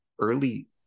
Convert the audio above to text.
early